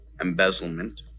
embezzlement